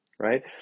right